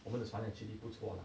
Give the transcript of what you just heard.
我们的船啊 actually 不错 lah